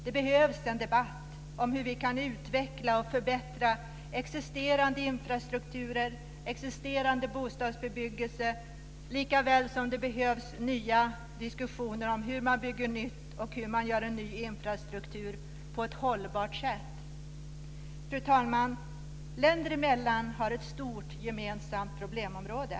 Det behövs en debatt om hur vi kan utveckla och förbättra existerande infrastrukturer, existerande bostadsbebyggelse, likaväl som det behövs nya diskussioner om hur man bygger nytt och hur man gör en ny infrastruktur på ett hållbart sätt. Fru talman! Vi har länder emellan ett stort gemensamt problemområde.